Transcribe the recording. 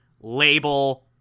label